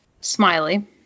smiley